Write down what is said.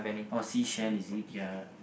or sea shell is it ya